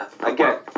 Again